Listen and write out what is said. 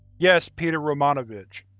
yes, pyotr romanovich,